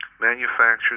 Manufacturers